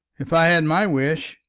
if i had my wish,